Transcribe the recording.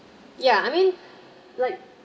ya I mean like